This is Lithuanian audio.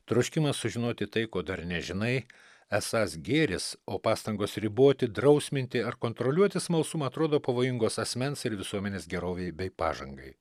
troškimas sužinoti tai ko dar nežinai esąs gėris o pastangos riboti drausminti ar kontroliuoti smalsumą atrodo pavojingos asmens ir visuomenės gerovei bei pažangai